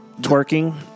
twerking